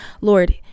lord